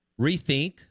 rethink